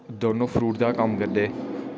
दोनों फरूट दै गै कम्म करदे